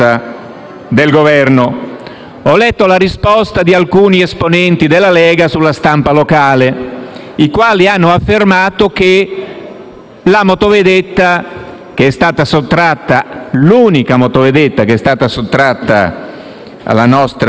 Ho letto la risposta di alcuni esponenti della Lega sulla stampa locale, i quali hanno affermato che, quanto all'unica motovedetta che è stata sottratta alla nostra Guardia